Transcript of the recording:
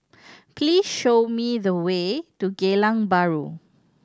please show me the way to Geylang Bahru